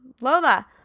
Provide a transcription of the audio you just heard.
Lola